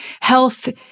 health